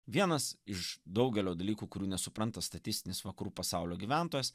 vienas iš daugelio dalykų kurių nesupranta statistinis vakarų pasaulio gyventojas